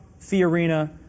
Fiorina